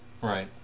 Right